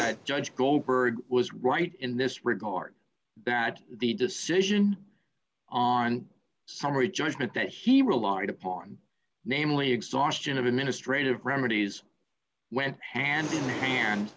judge goldberg was right in this regard that the decision on summary judgment that he relied upon namely exhaustion of administrative remedies went hand in hand